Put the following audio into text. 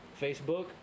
Facebook